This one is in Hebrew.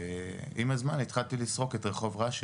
עם הזמן התחלתי לסרוק את רחוב רש"י,